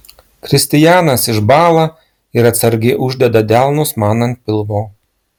kristijanas išbąla ir atsargiai uždeda delnus man ant pilvo